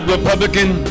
Republican